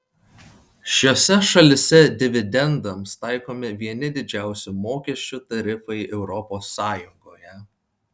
šiose šalyse dividendams taikomi vieni didžiausių mokesčių tarifai europos sąjungoje